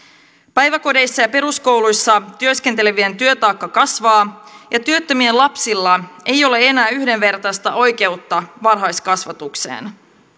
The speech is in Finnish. päiväkodeissa ja peruskouluissa työskentelevien työtaakka kasvaa ja työttömien lapsilla ei ole enää yhdenvertaista oikeutta varhaiskasvatukseen